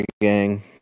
gang